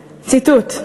ציטוט: